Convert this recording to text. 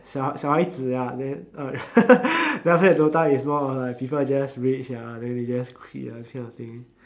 小小孩子 lah then then after that dota is more like people just rage lah then they just quit lah that kind of thing